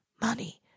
money